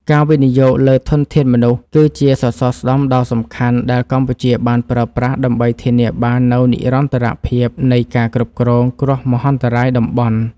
ការវិនិយោគលើធនធានមនុស្ស គឺជាសសរស្តម្ភដ៏សំខាន់ដែលកម្ពុជាបានប្រើប្រាស់ដើម្បីធានាបាននូវនិរន្តរភាពនៃការគ្រប់គ្រងគ្រោះមហន្តរាយតំបន់។